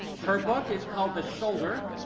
her book is called the shoulder.